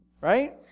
right